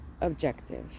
objective